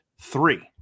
Three